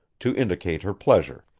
to indicate her pleasure.